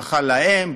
ברכה להן,